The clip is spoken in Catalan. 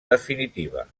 definitiva